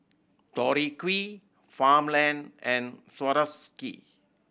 Tori Q Farmland and Swarovski